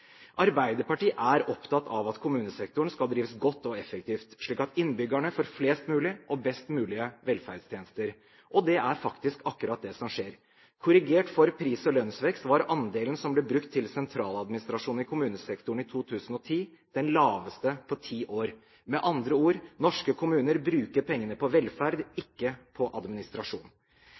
Arbeiderpartiet er opptatt av at kommunesektoren skal drives godt og effektivt, slik at innbyggerne får flest mulig og best mulig velferdstjenester. Og det er faktisk akkurat det som skjer: Korrigert for pris- og lønnsvekst var andelen som ble brukt til sentraladministrasjon i kommunesektoren i 2010 den laveste på ti år. Med andre ord: Norske kommuner bruker pengene på velferd, ikke på administrasjon.